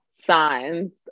signs